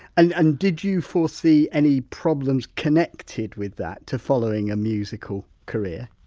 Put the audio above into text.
and and did you foresee any problems connected with that to following a musical career?